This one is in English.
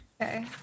Okay